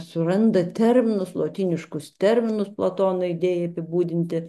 suranda terminus lotyniškus terminus platono idėjai apibūdinti